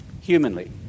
humanly